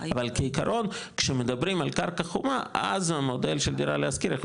אבל כעיקרון כשמדברים על קרקע חומה אז המודל של דירה להשכיר,